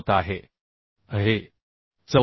तर हे 89